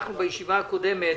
בישיבה הקודמת